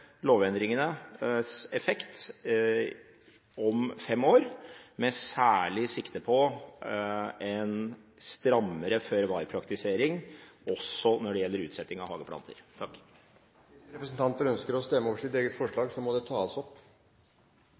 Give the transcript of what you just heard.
lovendringenes effekt om fem år med særlig sikte på en strammere føre-var-praktisering også når det gjelder utsetting av hageplanter. Hvis representanter ønsker å stemme over sitt eget forslag, må det tas opp.